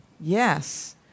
Yes